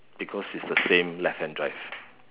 because is the same left hand drive